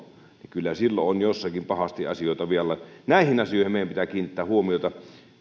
kyllä silloin on jossakin pahasti asioita vialla näihin asioihin meidän pitää kiinnittää huomiota